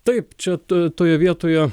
taip čia tu toje vietoje